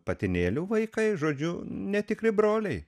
patinėlių vaikai žodžiu netikri broliai